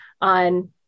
on